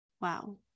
Wow